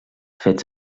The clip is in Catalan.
fets